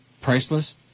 priceless